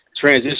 transition